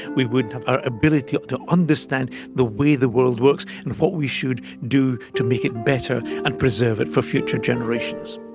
we wouldn't have our ability to understand the way the world works and what we should do to make it better and preserve it for future generations.